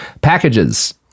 packages